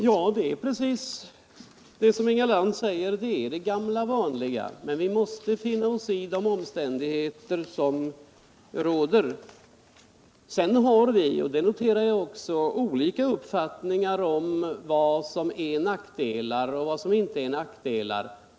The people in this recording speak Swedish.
Herr talman! Det är precis som Inga Lantz säger. Det är den gamla vanliga visan. Men vi måste finna i oss de omständigheter som råder. Sedan har vi, det noterar jag också, olika uppfattningar om vad som är nackdelar och vad som inte är det.